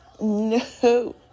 no